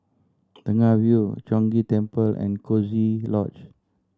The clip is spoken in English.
Tengah Avenue Chong Ghee Temple and Coziee Lodge